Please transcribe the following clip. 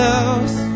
else